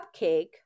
cupcake